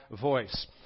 voice